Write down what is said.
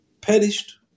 perished